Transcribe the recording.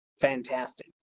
fantastic